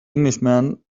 englishman